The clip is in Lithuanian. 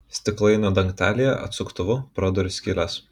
stiklainio dangtelyje atsuktuvu praduriu skyles